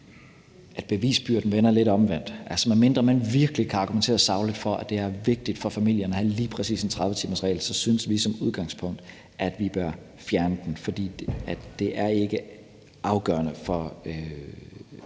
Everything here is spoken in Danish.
at bevisbyrden vender lidt omvendt. Altså, medmindre man virkelig kan argumentere sagligt for, at det er vigtigt for familierne at have lige præcis en 30-timersregel, så synes vi som udgangspunkt, at vi bør fjerne den. For det er ikke afgørende for